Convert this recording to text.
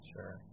Sure